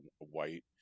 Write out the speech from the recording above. white